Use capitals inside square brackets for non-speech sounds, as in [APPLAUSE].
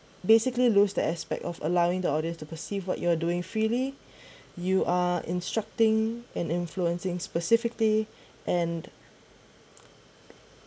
basically lose the aspect of allowing the audience to perceive what you're doing freely [BREATH] you are instructing and influencing specifically and